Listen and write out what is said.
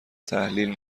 تحلیل